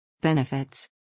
Benefits